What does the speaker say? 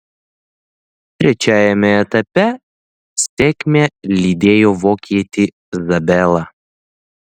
trečiajame etape sėkmė lydėjo vokietį zabelą